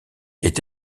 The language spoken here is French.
est